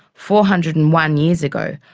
four hundred and one years ago,